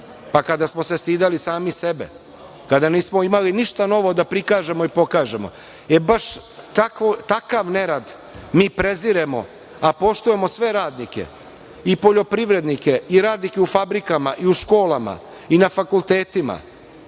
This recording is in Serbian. Pa kada smo se stideli sami sebe, kada nismo imali ništa novo da prikažemo i pokažemo. Baš takav nerad mi preziremo, a poštujemo sve radnike, i poljoprivrednike, i radnike u fabrikama, i u školama, i na fakultetima,